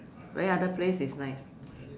where other place is nice